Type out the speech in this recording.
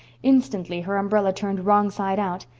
instantly her umbrella turned wrong side out.